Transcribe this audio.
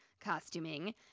costuming